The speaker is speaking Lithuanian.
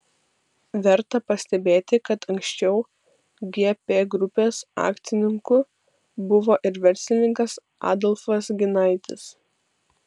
verta pastebėti kad anksčiau gp grupės akcininku buvo ir verslininkas adolfas ginaitis